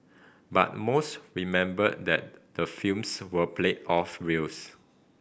but most remember that the films were played off reels